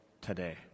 today